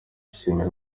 ishimira